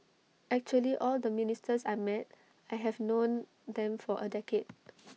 actually all the ministers I met I have known them for A decade